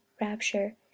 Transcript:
rapture